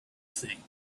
thing